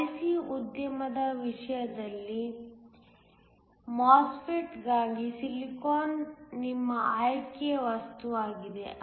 IC ಉದ್ಯಮದ ವಿಷಯದಲ್ಲಿ MOSFET ಗಾಗಿ ಸಿಲಿಕಾನ್ ನಿಮ್ಮ ಆಯ್ಕೆಯ ವಸ್ತುವಾಗಿದೆ